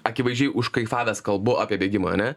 akivaizdžiai užkaifavęs kalbu apie bėgimą ane